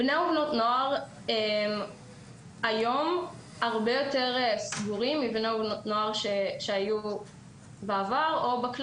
בני הנוער היום הרבה יותר סגורים מבני נוער שהיו בעבר או באופן